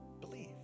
Believe